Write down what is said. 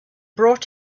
brought